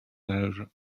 âge